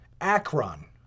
Akron